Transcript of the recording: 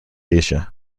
asia